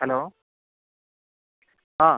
hello ആ